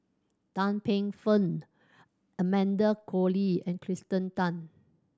Tan Paey Fern Amanda Koe Lee and Kirsten Tan